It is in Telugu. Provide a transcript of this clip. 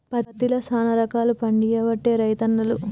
పత్తిలో శానా రకాలు పండియబట్టే రైతన్నలు